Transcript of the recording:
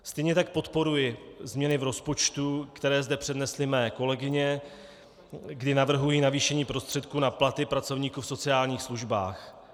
Stejně tak podporuji změny v rozpočtu, které zde přednesly mé kolegyně, kdy navrhují navýšení prostředků na platy pracovníků v sociálních službách.